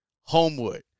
homewood